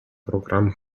programm